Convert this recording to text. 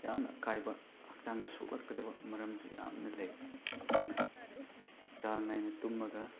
ꯌꯥꯝꯅ ꯑꯀꯥꯏꯕ ꯍꯛꯆꯥꯡꯗ ꯁꯣꯛꯂꯛꯀꯗꯕ ꯃꯔꯝꯁꯨ ꯌꯥꯝꯅ ꯂꯩ ꯑꯗꯨꯅ ꯆꯥꯡ ꯅꯥꯏꯅ ꯇꯨꯝꯃꯒ